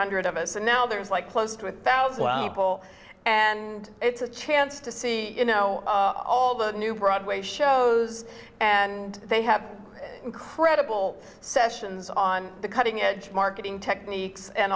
hundred of us and now there's like close to a thousand people and it's a chance to see you know all the new broadway shows and they have incredible sessions on the cutting edge marketing techniques and